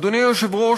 אדוני היושב-ראש,